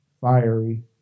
fiery